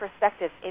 perspectives